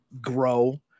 grow